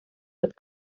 with